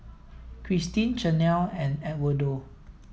Christeen Chanelle and Edwardo